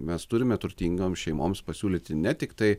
mes turime turtingoms šeimoms pasiūlyti ne tiktai